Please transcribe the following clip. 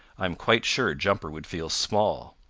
i am quite sure jumper would feel small.